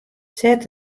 set